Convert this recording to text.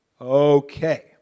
Okay